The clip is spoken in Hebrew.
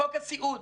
חוק הסיעוד,